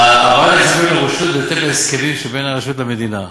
העברת הכספים לרשות זה בהתאם להסכמים שבין הרשות למדינה.